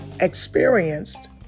experienced